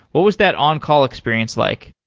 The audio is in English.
what was that on-call experience like?